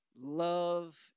love